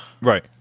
Right